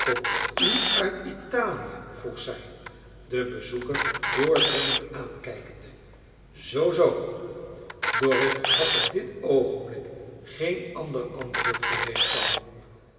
komt u uit italie vroeg zij den bezoeker doordringend aankijkende zoo zoo dorrit had op dit oogenblik geen ander antwoord gereed dan